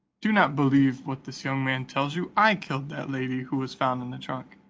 do not believe what this young man tells you, i killed that lady who was found in the trunk,